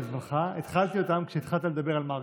בין ההטבות: המשך קיצור תקופת האכשרה לשם זכאות לדמי אבטלה,